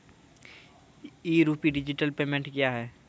ई rupee digital payment क्या हैं?